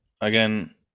again